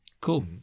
cool